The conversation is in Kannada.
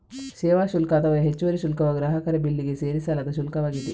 ಸೇವಾ ಶುಲ್ಕ ಅಥವಾ ಹೆಚ್ಚುವರಿ ಶುಲ್ಕವು ಗ್ರಾಹಕರ ಬಿಲ್ಲಿಗೆ ಸೇರಿಸಲಾದ ಶುಲ್ಕವಾಗಿದೆ